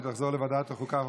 ותחזור לוועדת החוקה,